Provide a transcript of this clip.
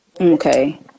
Okay